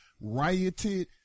rioted